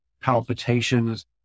palpitations